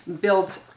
build